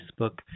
Facebook